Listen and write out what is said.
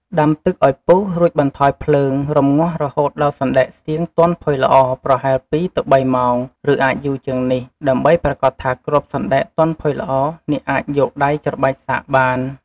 ដាំទឹកឱ្យពុះ រួចបន្ថយភ្លើង រម្ងាស់រហូតដល់សណ្ដែកសៀងទន់ផុយល្អ ប្រហែល ២ ទៅ ៣ ម៉ោង ឬអាចយូរជាងនេះ ដើម្បីប្រាកដថាគ្រាប់សណ្ដែកទន់ផុយល្អ អ្នកអាចយកដៃច្របាច់សាកបាន។